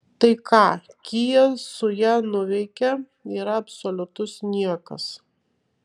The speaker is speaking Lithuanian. tai ką kia su ja nuveikia yra absoliutus niekas